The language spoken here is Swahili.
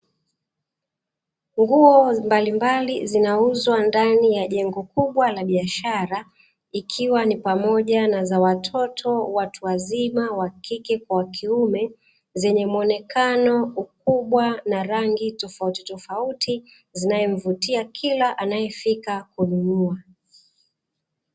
Nguo mbalimbali zinauzwa ndani ya jengo kubwa la biashara, ikiwa ni pamoja na za watoto, watu wazima wa kike kwa wa kiume, zenye mwonekano, ukubwa na rangi tofautitofauti, zinaemvutia kila anaefika kununua.